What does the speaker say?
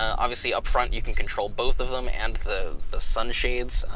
obviously up front you can control both of them, and the the sun shades.